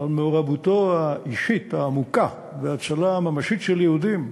על מעורבותו האישית העמוקה בהצלה ממשית של יהודים,